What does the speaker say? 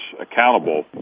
accountable